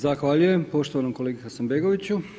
Zahvaljujem poštovanom kolegi Hasanbegoviću.